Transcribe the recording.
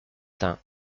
tain